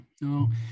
No